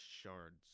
shards